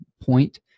point